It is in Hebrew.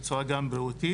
בצורה גם בריאותית,